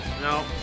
No